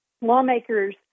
lawmakers